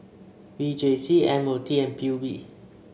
V J C M O T and P U B